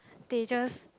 they just